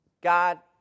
God